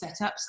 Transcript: setups